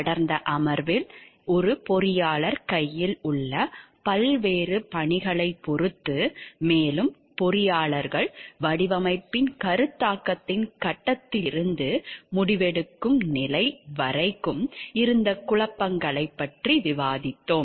கடந்த அமர்வில் ஒரு பொறியாளர் கையில் உள்ள பல்வேறு பணிகளைப் பொறுத்து மேலும் பொறியாளர்கள் வடிவமைப்பின் கருத்தாக்கத்தின் கட்டத்திலிருந்து முடிவெடுக்கும் நிலை வரைக்கும் இருந்த குழப்பங்களைப் பற்றி விவாதித்தோம்